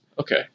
Okay